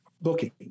booking